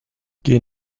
geh